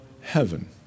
heaven